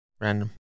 Random